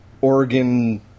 Oregon